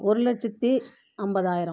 ஒரு லட்சத்து ஐம்பதாயிரம்